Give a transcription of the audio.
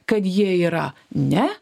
kad jie yra ne